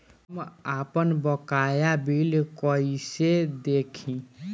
हम आपनबकाया बिल कइसे देखि?